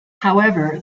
however